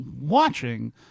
watching